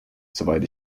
soweit